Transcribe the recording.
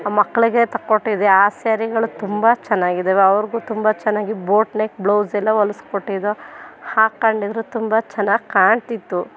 ನಮ್ಮಕ್ಳಗೆ ತಕ್ಕೊಟ್ಟಿದ್ದೆ ಆ ಸ್ಯಾರಿಗಳು ತುಂಬ ಚೆನ್ನಾಗಿದ್ದವೆ ಅವ್ರಿಗೂ ತುಂಬ ಚೆನ್ನಾಗಿ ಬೋಟ್ ನೆಕ್ ಬ್ಲೌಸೆಲ್ಲ ಹೊಲ್ಸ್ಕೊಟ್ಟಿದ್ದೋ ಹಾಕೊಂಡಿದ್ರು ತುಂಬ ಚೆನ್ನಾಗಿ ಕಾಣ್ತಿತ್ತು